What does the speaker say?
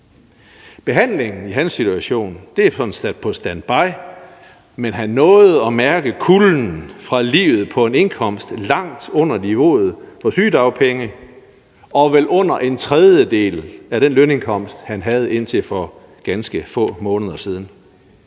Behandlingen i hans situation er sådan sat på standby, men han nåede at mærke kulden fra livet på en indkomst langt under niveauet på sygedagpenge og vel under en tredjedel af den lønindkomst, han havde indtil for ganske få måneder siden.